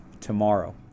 tomorrow